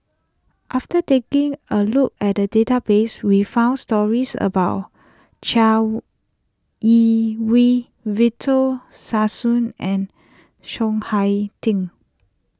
after taking a look at the database we found stories about Chai Yee Wei Victor Sassoon and Chiang Hai Ding